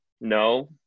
no